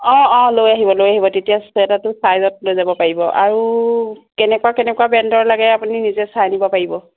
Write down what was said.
অঁ অঁ লৈ আহিব লৈ আহিব তেতিয়া চুৱেটাৰটো চাইজত লৈ যাব পাৰিব আৰু কেনেকুৱা কেনেকুৱা ব্ৰেণ্ডৰ লাগে আপুনি নিজে চাই নিব পাৰিব